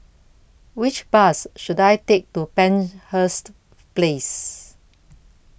Which Bus should I Take to Penshurst Place